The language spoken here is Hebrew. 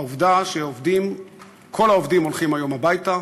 העובדה שכל העובדים הולכים היום הביתה,